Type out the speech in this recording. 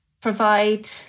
provide